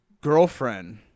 girlfriend